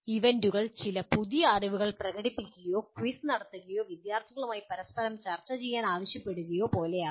ഈവൻ്റുകൾ ചില പുതിയ അറിവുകൾ പ്രകടിപ്പിക്കുകയോ ക്വിസ് നടത്തുകയോ വിദ്യാർത്ഥികളുമായി പരസ്പരം ചർച്ച ചെയ്യാൻ ആവശ്യപ്പെടുകയോ പോലെയാകാം